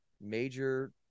major